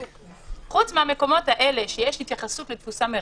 חוץ מהמקומות האלה, שיש התייחסות לתפוסה מרבית,